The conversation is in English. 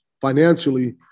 financially